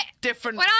different